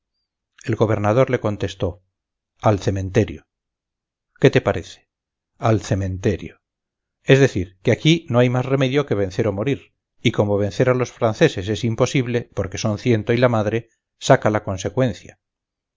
el gobernador le contestó al cementerio qué te parece al cementerio es decir que aquí no hay más remedio que vencer o morir y como vencer a los franceses es imposible porque son ciento y la madre saca la consecuencia